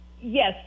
yes